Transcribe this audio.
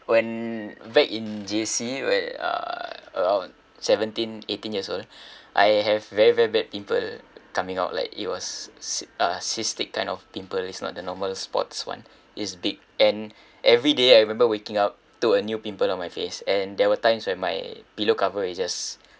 when back in J_C where uh around seventeen eighteen years old I have very very bad pimple coming out like it was cy~ uh cystic kind of pimples it's not the normal spots one it's big and everyday I remember waking up to a new pimple on my face and there were times when my pillow cover is just